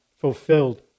fulfilled